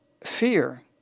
fear